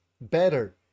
better